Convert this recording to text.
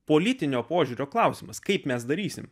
politinio požiūrio klausimas kaip mes darysime